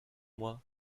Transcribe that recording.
mois